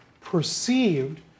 perceived